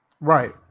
Right